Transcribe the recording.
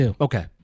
Okay